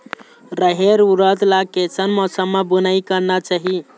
रहेर उरद ला कैसन मौसम मा बुनई करना चाही?